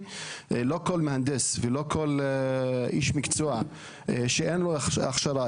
- לא כל מהנדס ולא כל איש מקצוע שאין לו הכשרה,